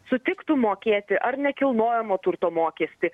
sutiktų mokėti ar nekilnojamo turto mokestį